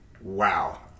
wow